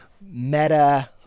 meta